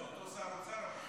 זה אותו שר אוצר.